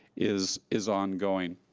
is is ongoing.